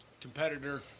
Competitor